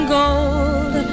gold